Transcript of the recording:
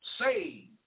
saved